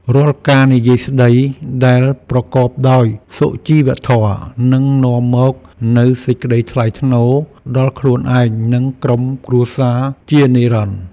រាល់ការនិយាយស្តីដែលប្រកបដោយសុជីវធម៌នឹងនាំមកនូវសេចក្តីថ្លៃថ្នូរដល់ខ្លួនឯងនិងក្រុមគ្រួសារជានិរន្តរ៍។